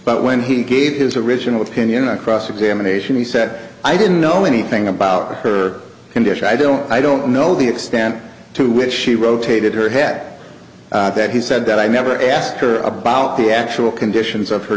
but when he gave his original opinion on cross examination he said i didn't know anything about her condition i don't i don't know the extent to which she rotated her head at that he said that i never asked her about the actual conditions of her